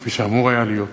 כפי שאמור היה להיות.